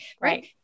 Right